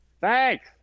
Thanks